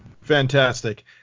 Fantastic